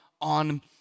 on